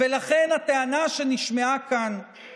ואתה רואה כתבות